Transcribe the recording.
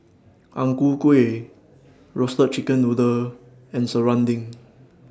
Ang Ku Kueh Roasted Chicken Noodle and Serunding